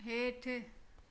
हेठि